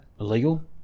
illegal